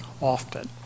often